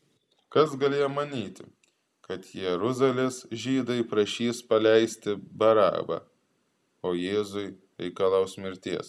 kas galėjo manyti kad jeruzalės žydai prašys paleisti barabą o jėzui reikalaus mirties